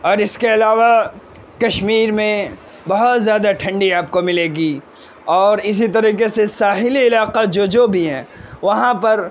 اور اس کے علاوہ کشمیر میں بہت زیادہ ٹھنڈی آپ کو ملے گی اور اسی طریقے سے ساحلی علاقہ جو جو بھی ہیں وہاں پر